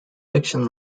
fiction